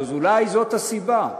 אז אולי זאת הסיבה,